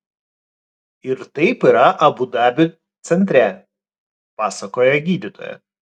ir taip yra abu dabio centre pasakoja gydytoja